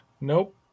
Nope